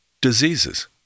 diseases